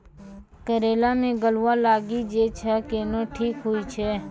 करेला मे गलवा लागी जे छ कैनो ठीक हुई छै?